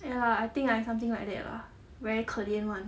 ya I think I something like that lah very 可怜 [one]